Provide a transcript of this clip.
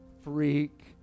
freak